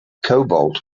cobalt